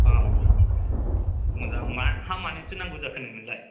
मोजां मा हा मानिथो नांगौ जाखो नोंनोलाय